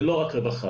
ולא רק רווחה.